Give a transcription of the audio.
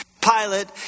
pilot